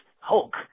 Hulk